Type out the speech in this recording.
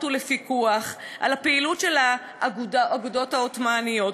ולפיקוח על הפעילות של האגודות העות'מאניות,